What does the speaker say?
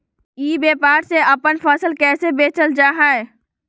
ई व्यापार से अपन फसल कैसे बेचल जा हाय?